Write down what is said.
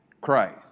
Christ